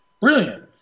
Brilliant